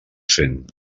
cent